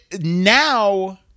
now